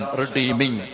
redeeming